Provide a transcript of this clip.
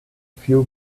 few